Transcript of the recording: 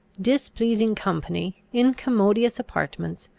displeasing company, incommodious apartments,